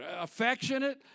Affectionate